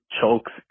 chokes